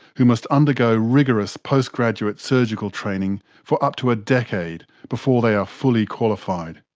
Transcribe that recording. who must undergo rigorous post-graduate surgical training for up to a decade before they are fully qualified.